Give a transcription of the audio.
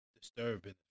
disturbing